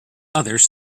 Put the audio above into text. others